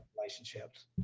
relationships